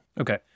Okay